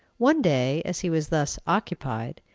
one day as he was thus occupied,